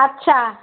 আচ্ছা